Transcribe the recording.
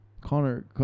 connor